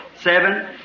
Seven